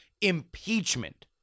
impeachment